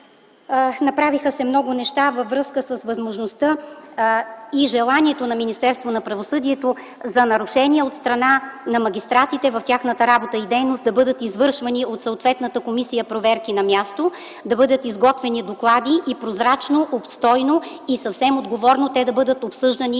направиха се много неща във връзка с възможността и желанието на Министерството на правосъдието за нарушение от страна на магистратите в тяхната работа и дейност да бъдат извършвани от съответната комисия проверки на място, да бъдат изготвени доклади и прозрачно, обстойно и съвсем отговорно те да бъдат обсъждани